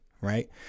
Right